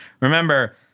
remember